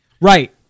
Right